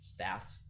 stats